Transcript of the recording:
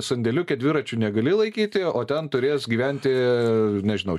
sandėliuke dviračių negali laikyti o ten turės gyventi nežinau